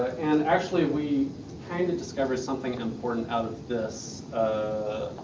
and actually we kind of discovered something important out of this. ah,